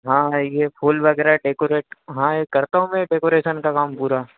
हाँ हैगे फूल वगैरह डेकोरेट हाँ ये करता हूँ मैं डेकोरेशन का काम पूरा